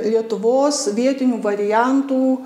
lietuvos vietinių variantų